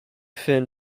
finn